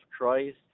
Christ